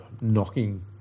knocking